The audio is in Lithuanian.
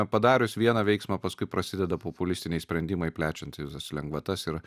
padarius vieną veiksmą paskui prasideda populistiniai sprendimai plečiant visas lengvatas ir